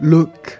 Look